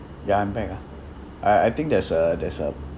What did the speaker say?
ya I'm back ah I I think there's a there's a